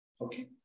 Okay